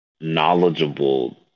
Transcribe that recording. knowledgeable